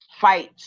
fight